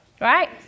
right